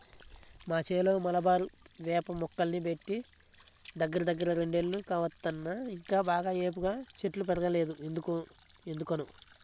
మా చేలో మలబారు వేప మొక్కల్ని బెట్టి దగ్గరదగ్గర రెండేళ్లు కావత్తన్నా ఇంకా బాగా ఏపుగా చెట్లు బెరగలేదు ఎందుకనో